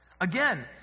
Again